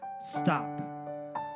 stop